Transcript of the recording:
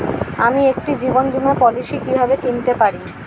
আমি একটি জীবন বীমা পলিসি কিভাবে কিনতে পারি?